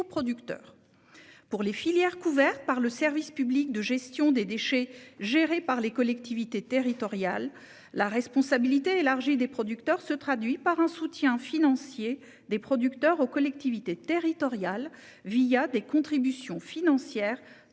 producteurs. Pour les filières couvertes par le service public de gestion des déchets géré par les collectivités territoriales, la responsabilité élargie des producteurs se traduit par un soutien financier des producteurs aux collectivités territoriales des contributions financières